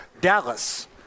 Dallas